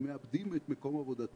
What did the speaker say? הם מאבדים את מקום עבודתם